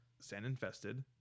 sand-infested